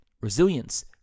resilience